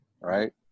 Right